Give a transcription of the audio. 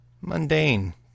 Mundane